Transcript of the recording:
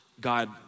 God